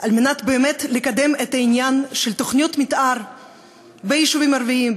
באמת על-מנת באמת לקדם את העניין של תוכניות מתאר ביישובים ערביים,